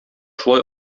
шулай